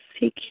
seek